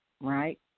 right